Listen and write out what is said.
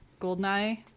goldeneye